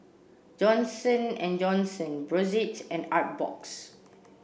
Johnson and Johnson Brotzeit and Artbox